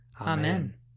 Amen